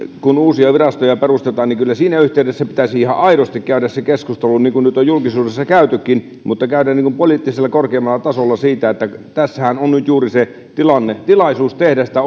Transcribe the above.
kun uusia virastoja perustetaan kyllä siinä yhteydessä pitäisi ihan aidosti käydä se keskustelu niin kuin nyt on julkisuudessa käytykin mutta käydä se korkeimmalla poliittisella tasolla siitä että tässähän on nyt juuri se tilaisuus tehdä sitä